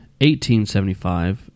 1875